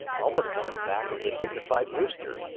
almost on the back of the dignified rooster,